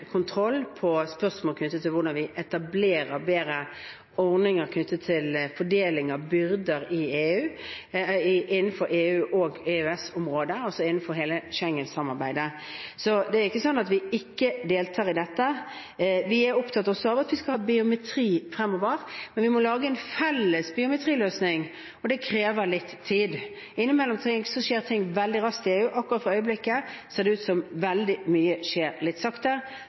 spørsmål knyttet til hvordan vi kan etablere bedre ordninger knyttet til fordeling av byrder innenfor EU-området og EØS-området, altså innenfor hele Schengen-samarbeidet. Så det er ikke slik at vi ikke deltar i dette. Vi er også opptatt av at vi skal ha biometri fremover, men vi må lage en felles biometriløsning, og det krever litt tid. Innimellom skjer ting veldig raskt i EU. Akkurat for øyeblikket ser det ut til at veldig mye skjer litt sakte,